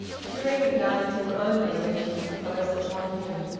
she recognised him only when she was close upon him.